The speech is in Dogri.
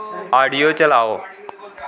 आडियो चलाओ